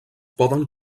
poden